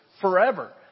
forever